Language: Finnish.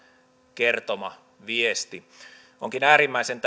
kertoma viesti onkin äärimmäisen